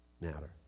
matter